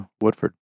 Woodford